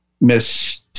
miss